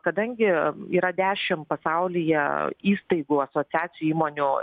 kadangi yra dešim pasaulyje įstaigų asociacijų įmonių